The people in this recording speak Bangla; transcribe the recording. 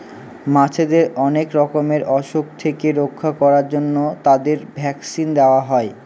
মাছেদের অনেক রকমের অসুখ থেকে রক্ষা করার জন্য তাদের ভ্যাকসিন দেওয়া হয়